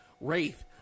Wraith